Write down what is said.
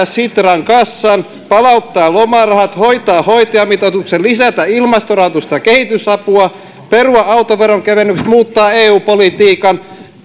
sitran kassan palauttaa lomarahat hoitaa hoitajamitoituksen lisätä ilmastorahoitusta ja kehitysapua perua autoveron kevennykset muuttaa eu politiikan